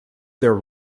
their